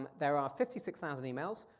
there are fifty six thousand emails.